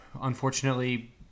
unfortunately